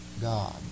God